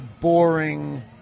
boring